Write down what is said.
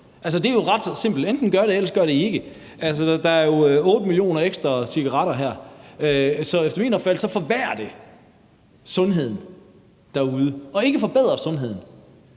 Det er jo ret simpelt: Enten gør det det, ellers gør det det ikke. Der er jo 8 millioner ekstra cigaretter her. Så efter min opfattelse forværrer det sundheden derude og forbedrer altså